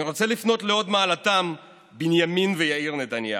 אני רוצה לפנות להוד מעלתם בנימין ויאיר נתניהו.